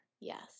yes